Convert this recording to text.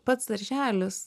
pats darželis